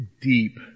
deep